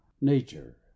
Nature